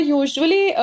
usually